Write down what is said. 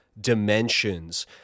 dimensions